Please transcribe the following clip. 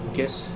Guess